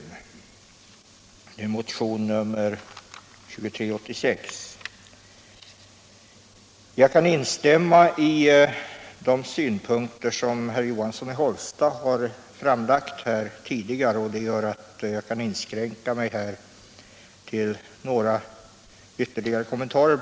Jag kan instämma i de synpunkter som herr Johansson i Hållsta Radio och television i utbildningsväsendet Radio och television i utbildningsväsendet 100 har anfört tidigare, och det gör att jag här skall inskränka mig till några ytterligare kommentarer.